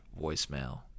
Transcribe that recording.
voicemail